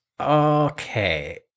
okay